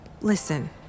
Listen